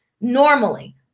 normally